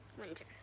Winter